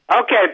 Okay